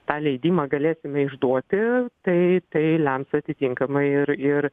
tą leidimą galėsime išduoti tai tai lems atitinkamai ir ir